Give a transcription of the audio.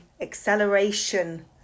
acceleration